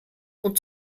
und